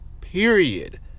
period